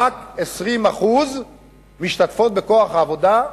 רק 20% משתתפות בכוח העבודה,